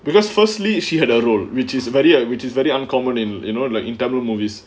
because firstly she had a role which is very light which is very uncommon in you know like in tamil movies